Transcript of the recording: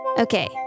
Okay